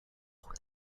there